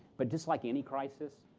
but just like any crisis,